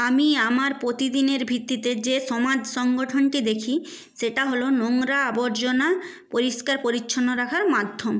আমি আমার প্রতিদিনের ভিত্তিতে যে সমাজ সংগঠনকে দেখি সেটা হল নোংরা আবর্জনা পরিষ্কার পরিচ্ছন্ন রাখার মাধ্যম